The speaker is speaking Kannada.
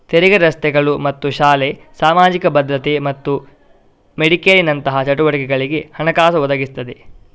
ತೆರಿಗೆ ರಸ್ತೆಗಳು ಮತ್ತು ಶಾಲೆ, ಸಾಮಾಜಿಕ ಭದ್ರತೆ ಮತ್ತು ಮೆಡಿಕೇರಿನಂತಹ ಚಟುವಟಿಕೆಗಳಿಗೆ ಹಣಕಾಸು ಒದಗಿಸ್ತದೆ